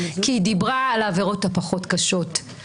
כי היא דיברה על העבירות הפחות קשות,